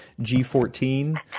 g14